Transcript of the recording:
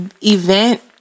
event